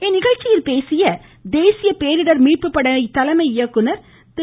இந்நிகழ்ச்சியில் பேசிய தேசிய பேரிடர் மீட்பு படை தலைமை இயக்குநர் திரு